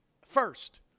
first